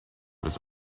his